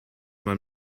man